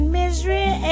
misery